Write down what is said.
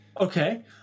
Okay